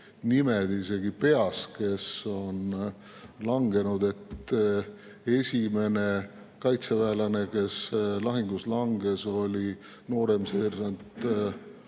nimed isegi peas, kes on langenud. Esimene kaitseväelane, kes lahingus langes, oli nooremseersant